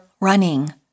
running